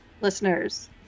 listeners